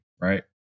right